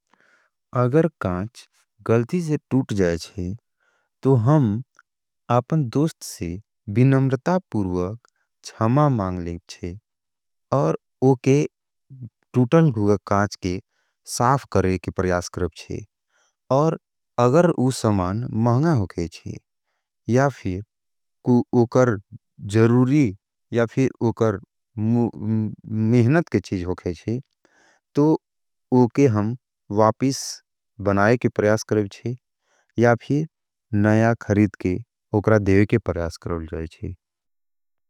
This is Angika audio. अगर कांच गल्टी से तूट जाय जे, तो हम आपन दोस्ट से विनम्रता पूर्वक छमा मांग लेख जे, और उके टूटल हुआ कांच के साफ करे के परियास करब जे, और अगर उस समान महना होगे जे, या फिर उकर जरूरी या फिर उकर मेहनत के चीज होगे जे, तो उके हम वापिस बनाये के परियास करें जे, या फिर नया खरीद के उकरा देवे के परियास करें जे।